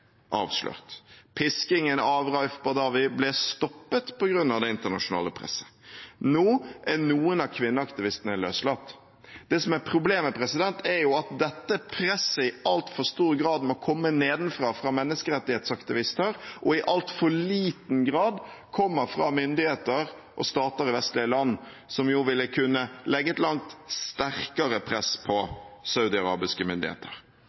avslørt. Piskingen av Raif Badawi ble stoppet på grunn av det internasjonale presset. Nå er noen av kvinneaktivistene løslatt. Det som er problemet, er at dette presset i altfor stor grad må komme nedenfra, fra menneskerettighetsaktivister, og i altfor liten grad kommer fra myndigheter og stater i vestlige land, som jo ville kunne legge et langt sterkere press på saudiarabiske myndigheter.